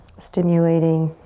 stimulating